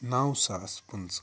نَو ساس پٕنٛژٕ